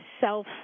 self